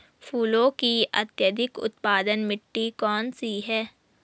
फूलों की अत्यधिक उत्पादन मिट्टी कौन सी है?